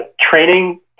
training